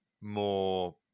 more